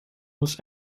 was